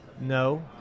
no